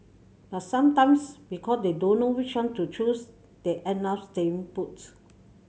but sometimes because they don't know which one to choose they end up staying puts